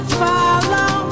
follow